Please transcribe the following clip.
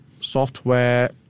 software